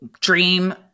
dream